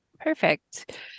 Perfect